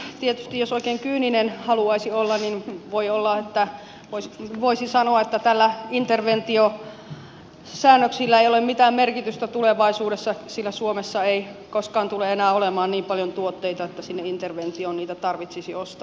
tietysti jos oikein kyyninen haluaisi olla niin voi olla että voisin sanoa että näillä interventiosäännöksillä ei ole mitään merkitystä tulevaisuudessa sillä suomessa ei koskaan tule enää olemaan niin paljon tuotteita että sinne interventioon niitä tarvitsisi ostaa